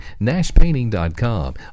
nashpainting.com